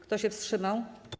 Kto się wstrzymał?